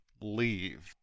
leave